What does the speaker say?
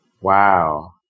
Wow